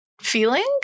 feeling